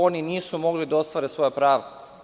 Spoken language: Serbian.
Oni nisu mogli da ostvare svoja prava.